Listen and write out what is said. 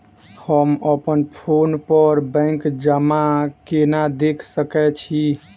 हम अप्पन फोन पर बैंक जमा केना देख सकै छी?